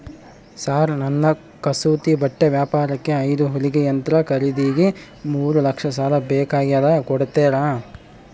Sir ನನ್ನ ಕಸೂತಿ ಬಟ್ಟೆ ವ್ಯಾಪಾರಕ್ಕೆ ಐದು ಹೊಲಿಗೆ ಯಂತ್ರ ಖರೇದಿಗೆ ಮೂರು ಲಕ್ಷ ಸಾಲ ಬೇಕಾಗ್ಯದ ಕೊಡುತ್ತೇರಾ?